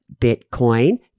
Bitcoin